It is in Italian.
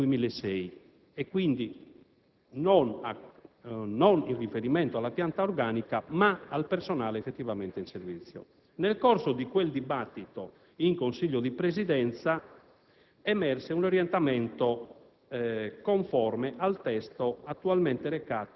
effettivamente in servizio alla data del 31 dicembre 2006, quindi non alla pianta organica ma al personale effettivamente in servizio. Nel corso di quel dibattito in Consiglio di Presidenza